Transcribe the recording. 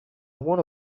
want